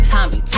Tommy